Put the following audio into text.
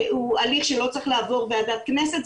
הוא הליך שלא צריך לעבור ועדת כנסת,